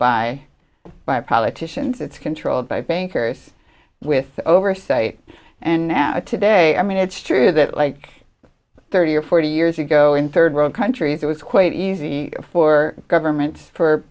by by politicians it's controlled by bankers with oversight and now today i mean it's true that like thirty or forty years ago in third world countries it was quite easy for government for